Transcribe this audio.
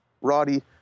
Roddy